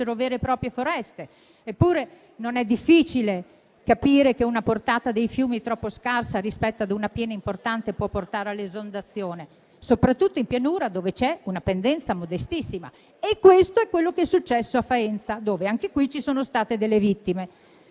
non è difficile capire che una portata dei fiumi troppo scarsa rispetto ad una piena importante può portare all'esondazione, soprattutto in pianura dove c'è una pendenza modestissima. Questo è proprio ciò che è successo a Faenza, dove ci sono state delle vittime.